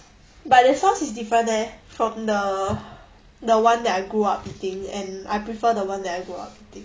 but the sauce is different leh from the the one that I grew up eating and I prefer the one I grew up eating